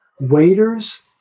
waiters